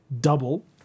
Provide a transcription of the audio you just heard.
double